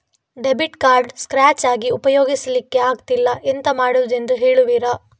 Debit card scratch ಆಗಿ ಉಪಯೋಗಿಸಲ್ಲಿಕ್ಕೆ ಆಗ್ತಿಲ್ಲ, ಎಂತ ಮಾಡುದೆಂದು ಹೇಳುವಿರಾ?